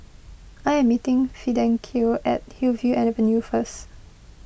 I am meeting Fidencio at Hillview Avenue first